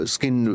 Skin